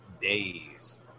days